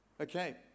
Okay